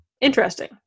interesting